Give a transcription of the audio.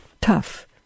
Tough